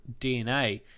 DNA